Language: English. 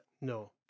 No